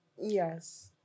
Yes